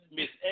Miss